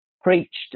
preached